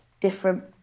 different